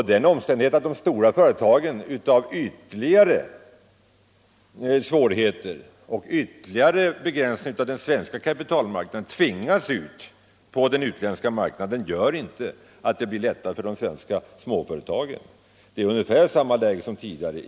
Det förhållandet att de stora företagen på grund av ytterligare svårigheter och begränsningar av den svenska kapitalmarknaden tvingas ut på den utländska medför inte att situationen blir lättare för de svenska småföretagen. De är i ungefär samma läge som tidigare.